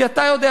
כי אתה יודע,